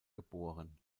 geboren